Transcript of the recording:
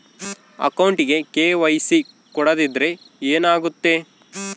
ಅಕೌಂಟಗೆ ಕೆ.ವೈ.ಸಿ ಕೊಡದಿದ್ದರೆ ಏನಾಗುತ್ತೆ?